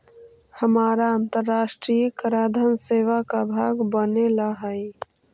हमारा अन्तराष्ट्रिय कराधान सेवा का भाग बने ला हई